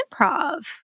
improv